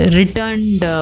returned